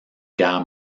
guerre